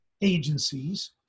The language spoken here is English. agencies